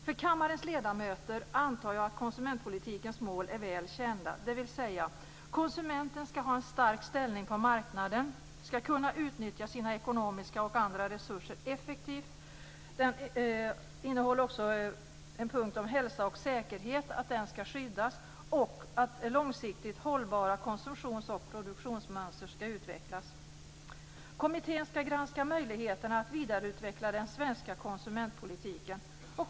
För kammarens ledamöter antar jag att konsumentpolitikens mål är väl kända, dvs. konsumenten ska ha en stark ställning på marknaden, konsumenten ska kunna utnyttja sina ekonomiska och andra resurser effektivt, konsumentens hälsa och säkerhet ska skyddas samt att långsiktigt hållbara konsumtions och produktionsmönster ska utvecklas. Kommittén ska granska möjligheterna att vidareutveckla den svenska konsumentpolitiken.